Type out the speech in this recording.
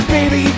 Baby